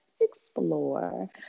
explore